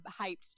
hyped